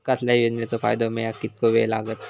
कसल्याय योजनेचो फायदो मेळाक कितको वेळ लागत?